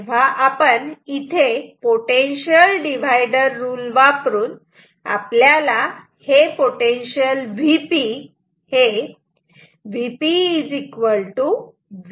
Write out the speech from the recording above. तेव्हा potential divider rule वापरून Vp V2R1R2 R2 असे मिळत आहे